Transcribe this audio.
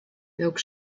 welk